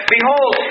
Behold